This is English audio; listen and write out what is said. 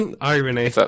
Irony